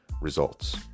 results